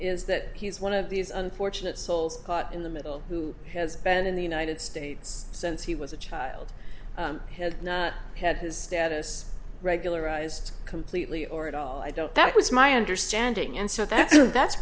is that he is one of these unfortunate souls caught in the middle who has been in the united states since he was a child has had his status regularized completely or at all i don't that was my understanding and so that's that's